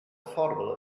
affordable